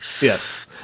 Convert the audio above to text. Yes